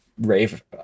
rave